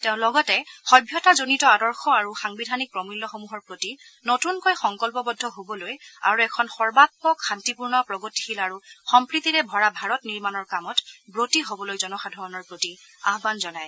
তেওঁ লগতে সভ্যতাজনিত আদৰ্শ আৰু সাংবিধানিক প্ৰমূল্যসমূহৰ প্ৰতি নতুনকৈ সংকল্পবদ্ধ হ'বলৈ আৰু এখন সৰ্বামক শান্তিপূৰ্ণ প্ৰগতিশীল আৰু সম্প্ৰীতিৰে ভৰা ভাৰত নিৰ্মাণৰ কামত ৱতী হবলৈ জনসাধাৰণৰ প্ৰতি আহান জনায়